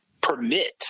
permit